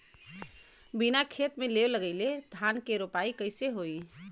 बिना खेत में लेव लगइले धान के रोपाई कईसे होई